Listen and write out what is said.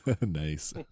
Nice